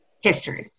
history